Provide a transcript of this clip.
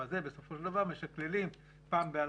ובסופו של דבר משקללים פעם בכמה זמן אני